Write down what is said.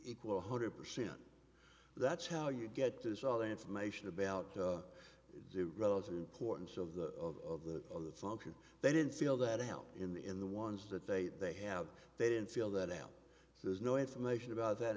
equal one hundred percent that's how you get this all the information about the relative importance of the of the of the function they didn't feel that helped in the in the ones that they they have they didn't feel that and there's no information about that